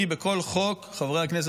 אני עולה כי שמעתי כל היום פה את טענות